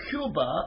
Cuba